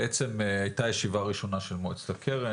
בעצם הייתה ישיבה ראשונה של מועצת הקרן